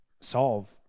solve